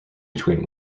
between